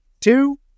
two